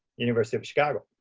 university of chicago.